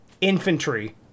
infantry